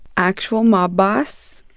actual mob boss